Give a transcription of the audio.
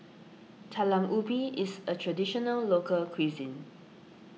Talam Ubi is a Traditional Local Cuisine